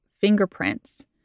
fingerprints